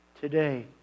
today